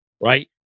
right